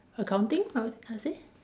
accounting I would I would say